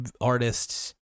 artists